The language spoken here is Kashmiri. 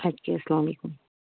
اَدٕ کیٛاہ اسلامُ علیکُم